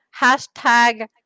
Hashtag